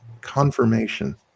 confirmation